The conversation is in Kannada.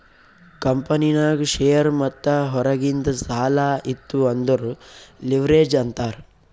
ಕಂಪನಿನಾಗ್ ಶೇರ್ ಮತ್ತ ಹೊರಗಿಂದ್ ಸಾಲಾ ಇತ್ತು ಅಂದುರ್ ಲಿವ್ರೇಜ್ ಅಂತಾರ್